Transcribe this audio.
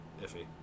iffy